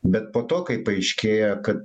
bet po to kai paaiškėjo kad